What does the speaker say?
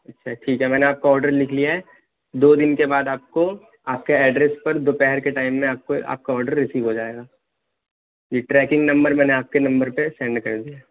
اچھا ٹھیک ہے میں نے آپ کا آرڈر لکھ لیا ہے دو دن کے بعد آپ کو آپ کے ایڈریس پر دوپہر کے ٹائم میں آپ کو آپ کا آرڈر ریسیو ہو جائے گا جی ٹریکنک نمبر میں نے آکے نمبر پہ سینڈ کر دیا ہے